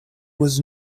was